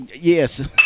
Yes